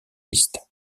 liste